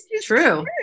true